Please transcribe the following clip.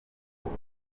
kuko